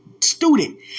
student